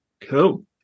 Cool